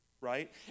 right